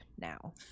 now